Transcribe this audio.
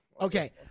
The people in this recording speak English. Okay